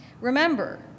Remember